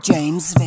James